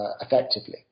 effectively